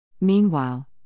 Meanwhile